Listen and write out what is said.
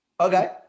Okay